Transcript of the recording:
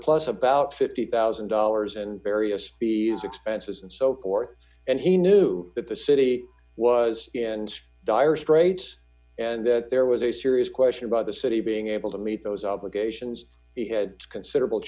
plus about fifty thousand dollars and various expenses and so forth and he knew that the city was in dire straits and that there was a serious question about the city being able to meet those obligations he had considerable